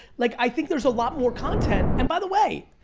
like i think there's a lot more content. and by the way,